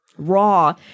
raw